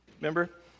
Remember